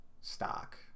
stock